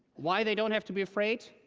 why they don't have to be afraid,